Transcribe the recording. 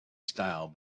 style